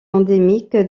endémique